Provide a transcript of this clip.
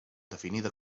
definida